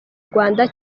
rwanda